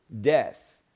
death